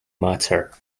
matter